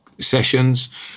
sessions